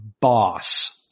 boss